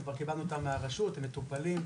כבר קיבלנו אותם מהרשות והם מטופלים.